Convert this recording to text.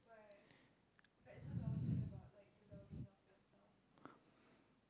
<S<